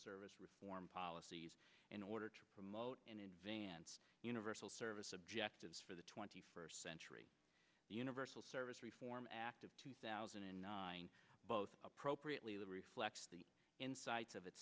service reform policies in order to promote in advance universal service objectives for the twenty first century the universal service reform act of two thousand and nine both appropriately the reflects the insights of its